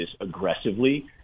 aggressively